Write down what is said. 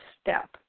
step